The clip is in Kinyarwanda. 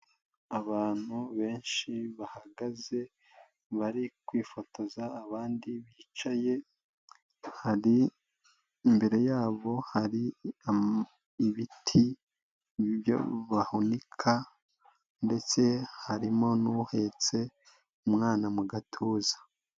Abantu benshi bahagaze, bari kwifotoza, abandi bicaye ,hari imbere yabo hari ibiti, bahunika ndetse harimo n'uhetse umwana mu gatuza.